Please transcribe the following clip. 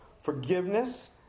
Forgiveness